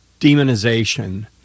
demonization